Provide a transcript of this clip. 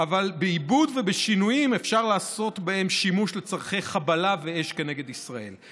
אבל בעיבוד ובשינויים אפשר לעשות בהם שימוש לצורכי חבלה ואש כנגד ישראל.